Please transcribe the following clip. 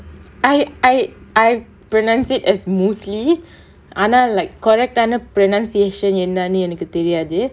I I I pronounced it as muesli ஆனா:aanaa like correct ஆன:aanaa pronunciation என்னானு எனக்கு தெரியாது:ennaanu enakku theriyaathu